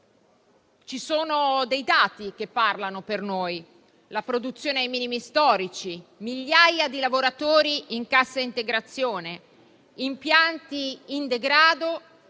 Ci sono dati che parlano per noi: la produzione è ai minimi storici, migliaia di lavoratori in cassa integrazione, impianti in degrado,